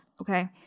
okay